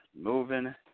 moving